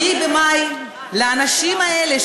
9 במאי לאנשים האלה,